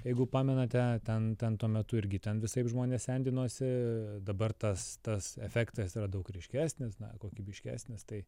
jeigu pamenate ten ten tuo metu irgi ten visaip žmonės sendinosi dabar tas tas efektas yra daug ryškesnis kokybiškesnis tai